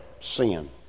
Sin